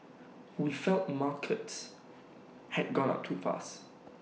we felt markets had gone up too fast